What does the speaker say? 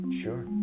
Sure